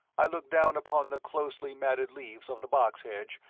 i looked down upon the closely matted leaves of the box hedge,